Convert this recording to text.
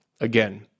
Again